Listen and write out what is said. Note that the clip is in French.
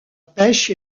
pêche